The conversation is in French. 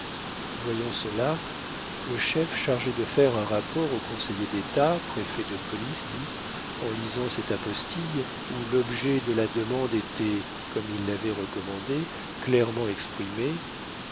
voyant cela le chef chargé de faire un rapport au conseiller d'état préfet de police dit en lisant cette apostille où l'objet de la demande était comme il l'avait recommandé clairement exprimé